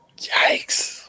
Yikes